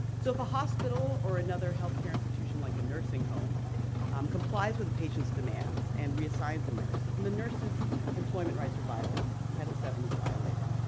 so if a hospital or another health care institution like a nursing home um complies with the patients demands and reassigns a nurse, then the nurses employment rights are violated. title vii is violated.